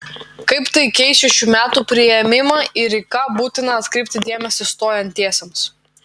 kaip tai keičią šių metų priėmimą ir į ką būtina atkreipti dėmesį stojantiesiems